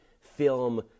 film